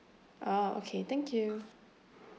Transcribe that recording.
ah okay thank you